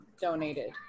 donated